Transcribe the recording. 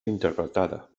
interpretada